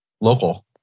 local